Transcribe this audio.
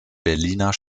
berliner